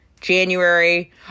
january